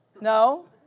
No